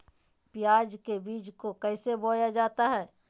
प्याज के बीज को कैसे बोया जाता है?